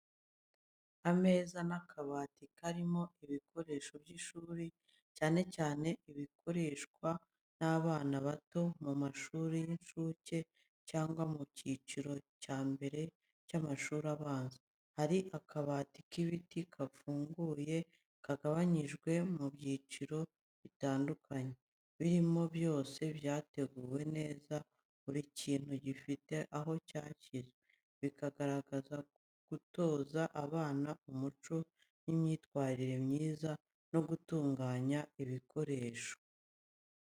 Ameza n’akabati karimo ibikoresho by’ishuri, cyane cyane ibikoreshwa n’abana bato mu mashuri y’inshuke cyangwa mu cyiciro cya mbere cy’amashuri abanza. Hari akabati k’ibiti gafunguye kagabanyije mu byiciro bitandukanye. Ibirimo byose byateguwe neza buri kintu gifite aho cyashyizwe, bikagaragaza gutoza abana umuco w’imyitwarire myiza no gutunganya ibikoresho.